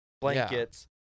blankets –